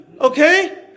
Okay